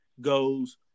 goes